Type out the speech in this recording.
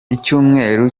icyumweru